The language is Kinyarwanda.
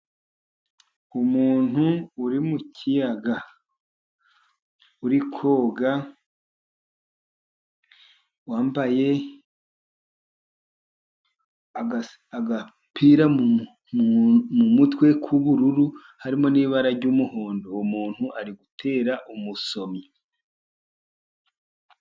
Umuntu uri mu kiyaga ,uri koga wambaye agapira mu mutwe k'ubururu ,harimo n'ibara ry'umuhondo, uwo muntu ari gutera umusomyo.